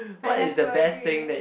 I have to agree